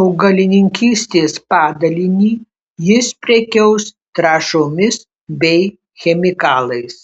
augalininkystės padalinį jis prekiaus trąšomis bei chemikalais